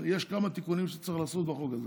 יש כמה תיקונים שצריך לעשות בחוק הזה.